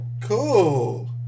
Cool